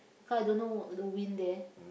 cause I don't know the wind there